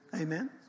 Amen